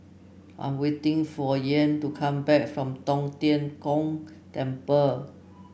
I'm waiting for Kyan to come back from Tong Tien Kung Temple